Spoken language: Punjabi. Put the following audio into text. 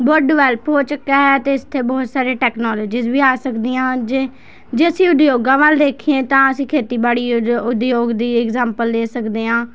ਬਹੁਤ ਡਿਵੈਲਪ ਹੋ ਚੁੱਕਾ ਹੈ ਅਤੇ ਇਸ 'ਤੇ ਬਹੁਤ ਸਾਰੇ ਟੈਕਨੋਲਜ਼ੀਸ ਵੀ ਆ ਸਕਦੀਆਂ ਹਨ ਜੇ ਜੇ ਅਸੀਂ ਉਦਯੋਗਾਂ ਵੱਲ ਦੇਖੀਏ ਤਾਂ ਅਸੀਂ ਖੇਤੀਬਾੜੀ ਉਦਯੋ ਉਦਯੋਗ ਦੀ ਇਗਜ਼ੈਪਲ ਦੇ ਸਕਦੇ ਹਾਂ